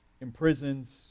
Imprisons